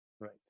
Right